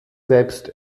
selbst